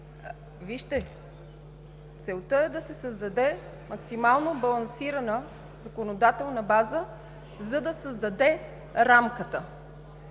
Вижте, целта е да се създаде максимално балансирана законодателна база, за да създаде рамката.